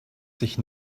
sich